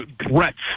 threats